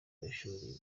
y’ishuri